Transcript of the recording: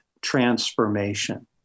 transformation